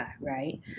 right